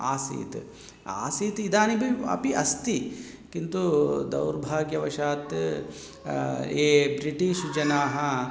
आसीत् आसीत् इदानीमपि अपि अस्ति किन्तु दौर्भाग्यवशात् ये ब्रिटीश् जनाः